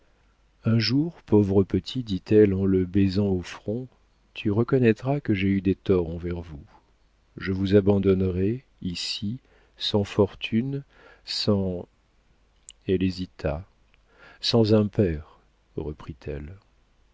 un jour pauvre petit dit-elle en le baisant au front tu reconnaîtras que j'ai eu des torts envers vous je vous abandonnerai ici sans fortune sans elle hésita sans un père